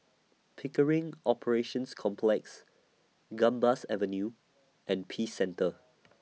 Pickering Operations Complex Gambas Avenue and Peace Centre